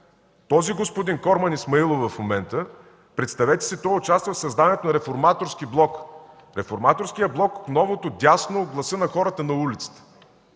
този господин Корман Исмаилов, представете си, участва в създаването на реформаторски блок – реформаторския блок новото дясно, гласът на хората на улицата.